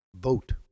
vote